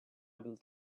able